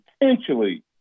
potentially